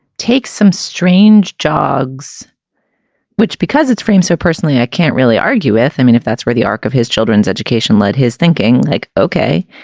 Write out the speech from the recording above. takes some strange jogs which because it's framed so personally i can't really argue i mean if that's where the arc of his children's education led his thinking. like okay.